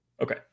Okay